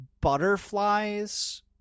butterflies